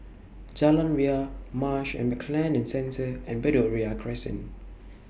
Jalan Ria Marsh and McLennan Centre and Bedok Ria Crescent